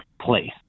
place